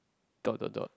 dot dot dot